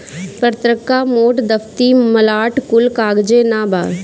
पतर्का, मोट, दफ्ती, मलाट कुल कागजे नअ बाअ